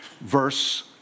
verse